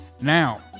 Now